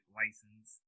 license